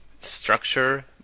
structure